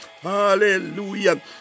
Hallelujah